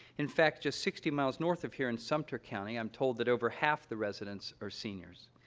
in fact, just sixty miles north of here, in sumter county, i'm told that over half the residents are seniors.